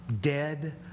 dead